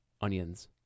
onions